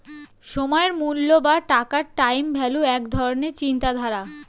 সময়ের মূল্য বা টাকার টাইম ভ্যালু এক ধরণের চিন্তাধারা